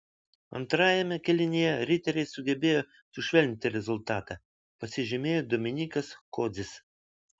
antrajame kėlinyje riteriai sugebėjo sušvelninti rezultatą pasižymėjo dominykas kodzis